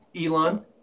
Elon